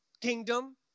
Kingdom